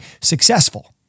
successful